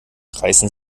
reißen